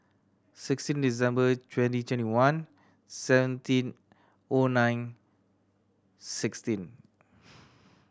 sixteen December twenty twenty one seventeen O nine sixteen